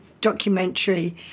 documentary